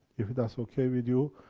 if that's ok with you,